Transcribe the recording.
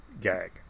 gag